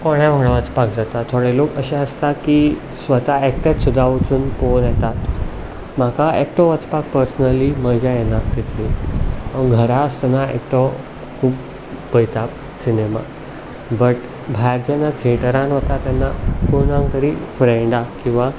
कोणा वांगडा वचपाक जाता थोडे लोक अशे आसता की स्वता एकटेच सुद्दा वचून पोवून येतात म्हाका एकटो वचपाक पर्सनली मजा येना तितली हांव घरा आसतना एकटो खूब पयता सिनेमा बट भायर जेन्ना थिएटरांत वता तेन्ना कोणाक तरी फ्रेंडाक किंवां